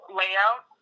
layout